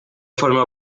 formó